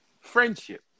friendship